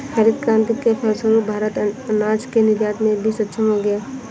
हरित क्रांति के फलस्वरूप भारत अनाज के निर्यात में भी सक्षम हो गया